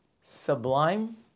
sublime